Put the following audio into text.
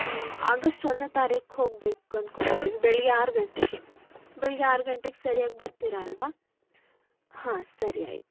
ಹಾಂ ಆಗಶ್ಟ್ ಒಂದನೇ ತಾರೀಕು ಹೋಗ್ಬೇಕು ಅನ್ಕೊಂಡಿದ್ದೀವಿ ಬೆಳಿಗ್ಗೆ ಆರು ಗಂಟೆಗೆ ಬೆಳಿಗ್ಗೆ ಆರು ಗಂಟೆಗೆ ಸರ್ಯಾಗಿ ಬರ್ತೀರಾಲ್ವಾ ಹಾಂ ಸರಿ ಆಯಿತು